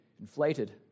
inflated